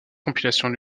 compilation